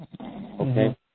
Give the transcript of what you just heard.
okay